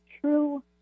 true